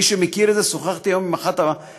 מי שמכיר את זה, שוחחתי היום עם אחת האימהות,